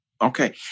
Okay